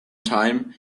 time